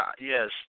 yes